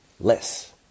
Less